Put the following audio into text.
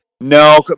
No